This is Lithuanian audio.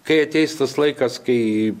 kai ateis tas laikas kai